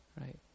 right